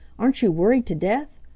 aren't you worried to death?